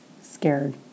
Scared